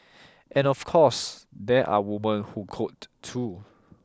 and of course there are women who code too